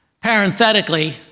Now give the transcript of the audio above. parenthetically